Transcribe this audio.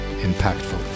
impactful